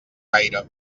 gaire